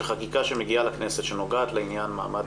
שחקיקה שמגיעה לכנסת שנוגעת לעניין מעמד